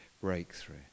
breakthrough